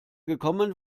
gekommen